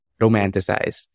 romanticized